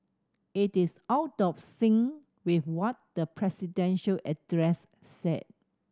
it is out of sync with what the presidential address said